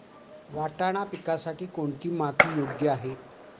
वाटाणा पिकासाठी कोणती माती योग्य आहे?